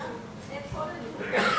את כל הנתונים,